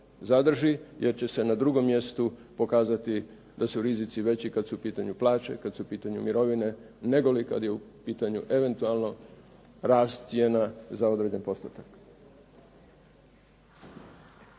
jer će se na drugom mjestu pokazati da su rizici veći kad su u pitanju plaće, kad su u pitanju mirovine nego li kad je u pitanju eventualno rast cijena za određeni postotak.